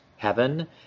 heaven